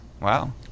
Wow